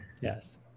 Yes